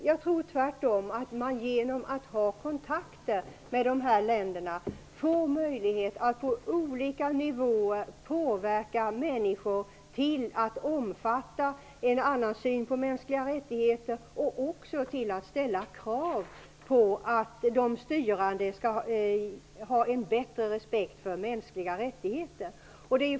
Jag tror tvärtom att man genom att ha kontakter med dessa länder får möjlighet att på olika nivåer påverka människor så att de får en annan syn på mänskliga rättigheter och också ställer krav på att de styrande skall ha en bättre respekt för mänskliga rättigheter.